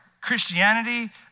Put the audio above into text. Christianity